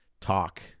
talk